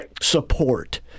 support